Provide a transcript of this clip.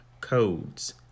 codes